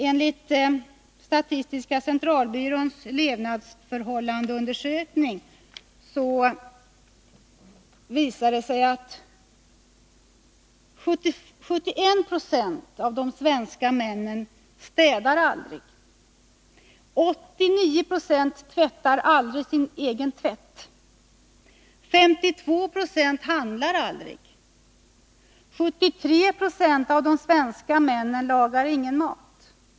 Enligt statistiska centralbyråns levnadsförhållan deundersökning är det 71 96 av de svenska männen som aldrig städar. 89 Zo tvättar aldrig sin egen tvätt. 52 Zo handlar aldrig. 73 70 av de svenska männen lagar aldrig mat.